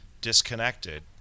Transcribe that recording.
disconnected